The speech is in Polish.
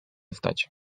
stać